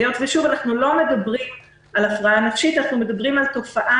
היות ואנחנו לא מדברים על הפרעה נפשית אלא על תופעה